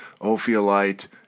ophiolite